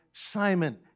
simon